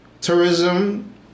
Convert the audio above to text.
Tourism